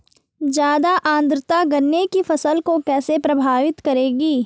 ज़्यादा आर्द्रता गन्ने की फसल को कैसे प्रभावित करेगी?